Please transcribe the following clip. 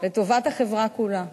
לטובת החברה כולה,